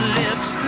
lips